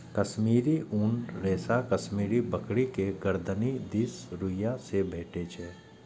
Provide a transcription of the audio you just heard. कश्मीरी ऊनक रेशा कश्मीरी बकरी के गरदनि दिसक रुइयां से भेटै छै